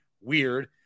Weird